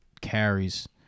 Carries